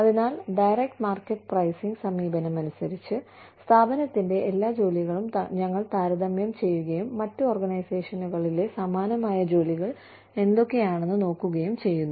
അതിനാൽ direct market pricing സമീപനം അനുസരിച്ച് സ്ഥാപനത്തിന്റെ എല്ലാ ജോലികളും ഞങ്ങൾ താരതമ്യം ചെയ്യുകയും മറ്റ് ഓർഗനൈസേഷനുകളിലെ സമാനമായ ജോലികൾ ഏതൊക്കെയാണെന്ന് നോക്കുകയും ചെയ്യുന്നു